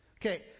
Okay